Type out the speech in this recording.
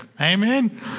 Amen